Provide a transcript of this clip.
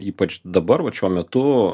ypač dabar vat šiuo metu